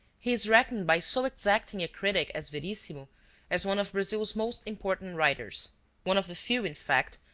he is reckoned by so exacting a critic as verissimo as one of brazil's most important writers one of the few, in fact,